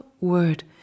word